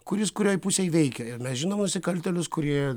kuris kurioj pusėj veikia ir mes žinom nusikaltėlius kurie